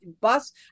bus